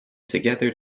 together